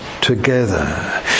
together